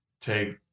take